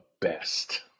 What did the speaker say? best